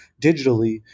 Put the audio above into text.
digitally